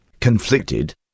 Conflicted